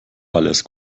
alles